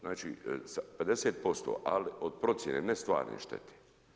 Znači 50%, ali od procjene, ne stvarne štete.